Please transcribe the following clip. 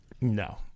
No